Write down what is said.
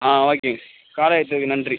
ஆ ஓகேங்க கால் அழைத்ததுக்கு நன்றி